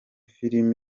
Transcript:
film